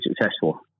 successful